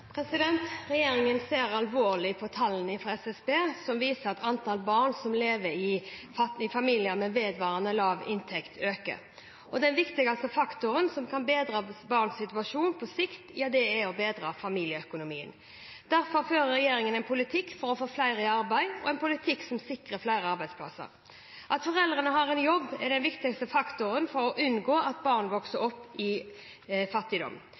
Regjeringen ser alvorlig på tallene fra SSB, som viser at antall barn som lever i familier med vedvarende lav inntekt, øker. Den viktigste faktoren som kan bedre barns situasjon på sikt, er å bedre familieøkonomien. Derfor fører regjeringen en politikk for å få flere i arbeid og en politikk som sikrer flere arbeidsplasser. At foreldrene har en jobb, er den viktigste faktoren for å unngå at barn vokser opp i fattigdom.